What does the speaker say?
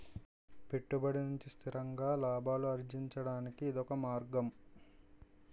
పెట్టుబడి నుంచి స్థిరంగా లాభాలు అర్జించడానికి ఇదొక మార్గం